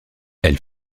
elle